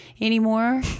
anymore